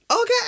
Okay